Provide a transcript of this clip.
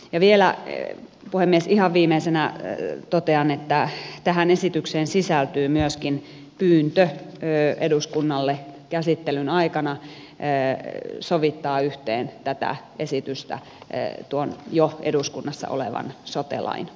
ja vielä puhemies ihan viimeisenä totean että tähän esitykseen sisältyy myöskin pyyntö eduskunnalle käsittelyn aikana sovittaa yhteen tätä esitystä tuon jo eduskunnassa olevan sote lain